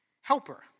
helper